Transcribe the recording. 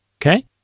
Okay